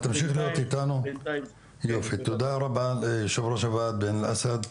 תמשיך להיות איתנו ותודה רבה ליושב הוועד עין אל אסד.